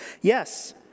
Yes